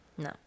No